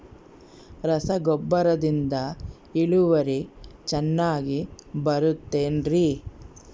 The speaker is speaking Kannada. ರಸಗೊಬ್ಬರದಿಂದ ಇಳುವರಿ ಚೆನ್ನಾಗಿ ಬರುತ್ತೆ ಏನ್ರಿ?